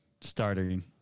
starting